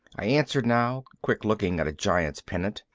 i answered now, quick looking at a giants pennant,